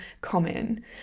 common